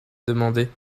demandé